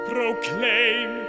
Proclaim